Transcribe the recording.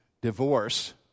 divorce